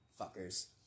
Fuckers